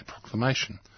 proclamation